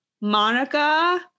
Monica